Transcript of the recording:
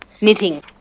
Knitting